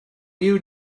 you